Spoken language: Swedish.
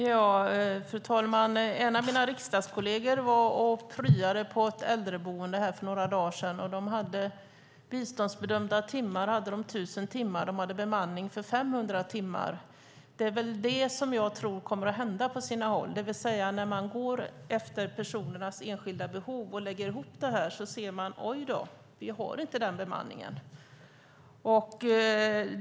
Fru talman! En av mina riksdagskollegor pryade på ett äldreboende för några dagar sedan. Där hade de 1 000 timmar biståndsbedömda timmar och bemanning 500 timmar. Det är det som jag tror kommer att hända på sina håll, det vill säga att när man går efter personernas enskilda behov och lägger ihop det ser man att man inte har den bemanningen.